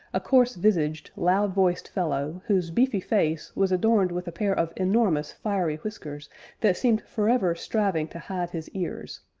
a coarse-visaged, loud-voiced fellow, whose beefy face was adorned with a pair of enormous fiery whiskers that seemed forever striving to hide his ears,